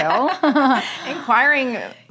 Inquiring